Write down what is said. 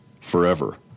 forever